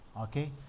Okay